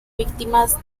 víctimas